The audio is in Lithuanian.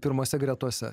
pirmose gretose